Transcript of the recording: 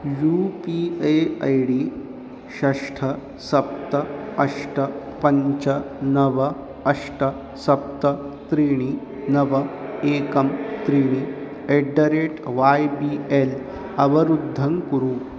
you P A I D षष्ठ सप्त अष्ट पञ्च नव अष्ट सप्त त्रीणि नव एकं त्रीणि at the rate Y B L अवरुद्धं कुरु